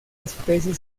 especie